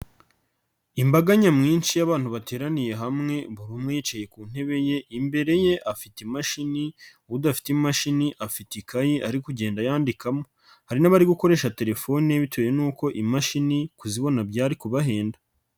Imbaga nyamwinshi y'abantu bateraniye hamwe, buri umwe yicaye ku ntebe ye, imbere ye afite imashini, udafite imashini afite ikayi ari kugenda a yanyandikamo. Hari n'abari gukoresha terefone bitewe n'uko imashini kuzibona byari kubahenda.